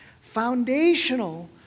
Foundational